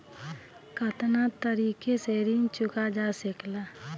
कातना तरीके से ऋण चुका जा सेकला?